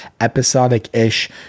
episodic-ish